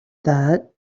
that